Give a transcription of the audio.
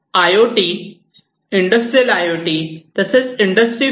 I O T industrial I O T तसेच industry 4